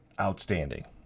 outstanding